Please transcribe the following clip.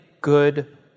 good